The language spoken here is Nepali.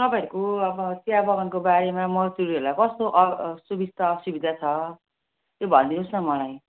तपाईँहरूको अब चिया बगानको बारेमा मजदुरहरूलाई कस्तो असुबिस्ता असुविधा छ त्यो भनिदिनु होस् न मलाई